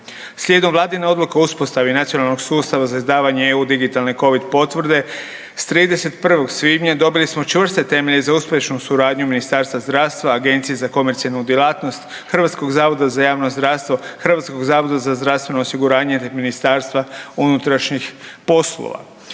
Slijedom Vladine odluke o uspostavi nacionalnog sustava za izdavanje EU digitalne COVID potvrde, s 30. svibnja dobili smo čvrste temelje za uspješnu suradnju Ministarstva zdravstva, Agencije za komercijalnu djelatnost, HZJZ-a, HZZO i MUP-a. Hrvatska je vrlo rano potvrdila spremnost